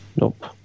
Nope